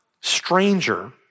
stranger